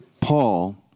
Paul